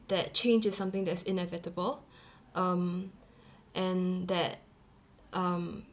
that change is something that's inevitable um and that um